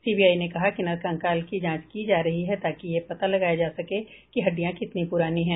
CBI ने कहा कि नरकंकाल की जांच की जा रही है ताकि ये पता लगाया जा सके कि हड्डियां कितनी पुरानी हैं